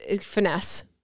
finesse